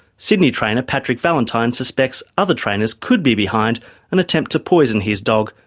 sydney trainer patrick valentine suspects other trainers could be behind an attempt to poison his dog,